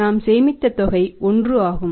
நாம் சேமித்த தொகை 1 ஆகும்